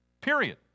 Period